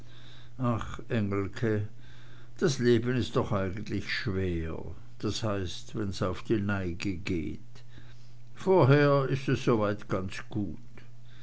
ach engelke das leben is doch eigentlich schwer das heißt wenn's auf die neige geht vorher is es soweit ganz gut